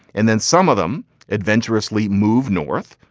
and then some of them adventurously moved north,